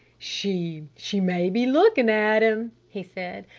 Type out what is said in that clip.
she she may be looking at him, he said.